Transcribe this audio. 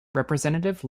representative